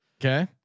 Okay